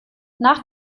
nach